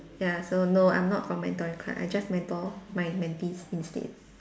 ya so no I'm not from mentoring club I just mentor my mentees instead